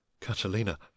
catalina